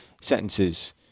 sentences